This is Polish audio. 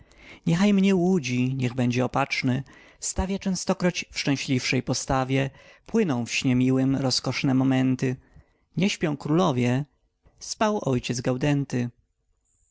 niechaj mnie łudzi niech będzie opaczny stawia częstokroć w szczęśliwej postawie płyną w śnie miłym rozkoszne momenty nie śpią królowie spał ojciec gaudenty